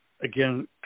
again